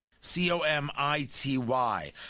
C-O-M-I-T-Y